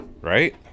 Right